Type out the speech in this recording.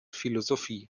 philosophie